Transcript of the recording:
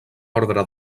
ordre